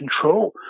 control